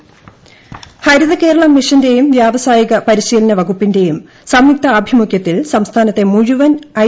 ഹരിതകേരളം ശിൽപശാല ഹരിതകേരളം മിഷന്റെയും വ്യാവസായിക പരിശീലന വകുപ്പി ന്റെയും സംയുക്താഭിമുഖ്യത്തിൽ സംസ്ഥാനത്തെ മുഴുവൻ ഐ